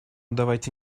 давайте